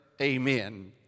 Amen